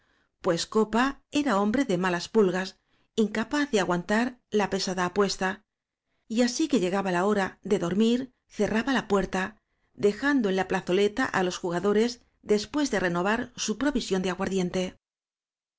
pues copa era hombre de malas pulgas incapaz de aguantar la pesada apuesta y así que llegaba la hora de dormir cerraba la puerta dejando en la plazoleta á los juga dores después de renovar su provisión de aguardiente